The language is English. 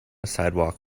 sidewalk